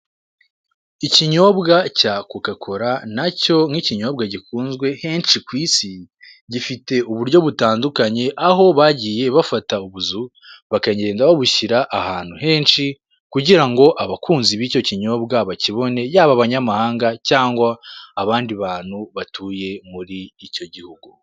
Ikinyobwa cya kokakola nacyo nk'ikinyobwa gikunzwe henshi ku isi, gifite uburyo butandukanye aho bagiye bafata ubuzu bakagenda babushyira ahantu henshi, kugira ngo abakunzi b'icyo kinyobwa bakibone yaba abanyamahanga cyangwa abandi bantu batuye muri icyo gihugu.